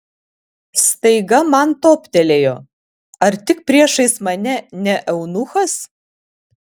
staiga man toptelėjo ar tik priešais mane ne eunuchas